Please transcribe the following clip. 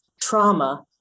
trauma